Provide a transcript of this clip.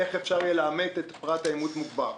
איך אפשר יהיה לאמת את פרט האימות המוגבר?